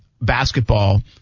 basketball